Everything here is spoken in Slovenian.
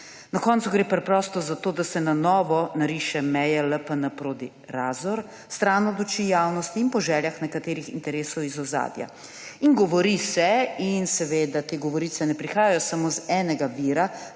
Na koncu gre preprosto za to, da se na novo narišejo meje LPN Prodi-Razor, stran od oči javnosti in po željah nekaterih interesov iz ozadja. Govori se, in te govorice ne prihajajo samo iz enega vira,